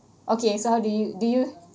okay so how do you do you